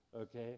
okay